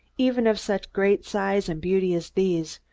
even of such great size and beauty as these,